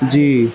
جی